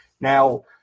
Now